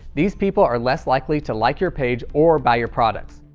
these people are less likely to like your page or buy your products.